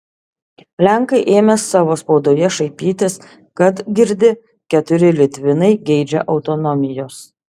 lenkai ėmė savo spaudoje šaipytis kad girdi keturi litvinai geidžia autonomijos